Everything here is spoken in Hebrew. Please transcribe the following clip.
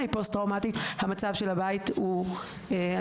אם האמא היא פוסט-טראומטית המצב של הבית הוא אני